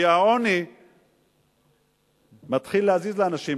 כי העוני מתחיל להזיז לאנשים.